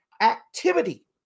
activity